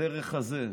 דרך הזה,